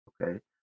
okay